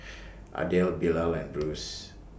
Adel Bilal and Bruce